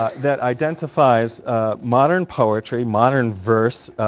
ah that identifies modern poetry modern verse,